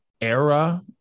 era